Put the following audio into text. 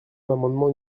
l’amendement